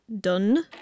Done